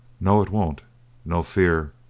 no, it won't no fear.